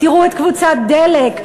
תראו את קבוצת "דלק",